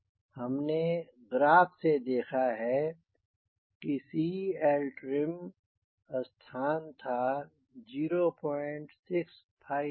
हमने ग्राफ से देखा है कि CLtrim स्थान था 0657 CL versus Cm